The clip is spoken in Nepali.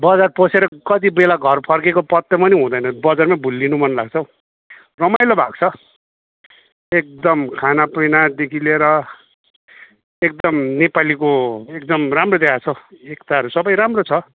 बजार पसेर कति बेला घर फर्केको पत्तो पनि हुँदैन बजारमै भुलिनु मनलाग्छ हौ रमाइलो भएको छ एकदम खानापिनादेखि लिएर एकदम नेपालीको एकदम राम्रो देखाएको छ एकताहरू सबै राम्रो छ